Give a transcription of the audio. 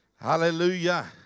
Hallelujah